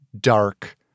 dark